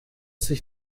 sich